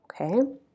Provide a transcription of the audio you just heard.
Okay